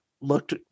looked